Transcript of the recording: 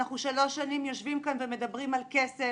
אנחנו שלוש שנים יושבים כאן ומדברים על כסף